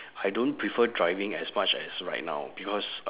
I don't prefer driving as much as right now because